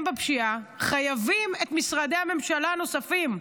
בפשיעה חייבים את משרדי הממשלה הנוספים,